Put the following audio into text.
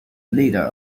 leader